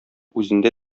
үзендә